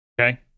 Okay